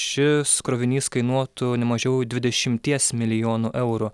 šis krovinys kainuotų ne mažiau dvidešimties milijonų eurų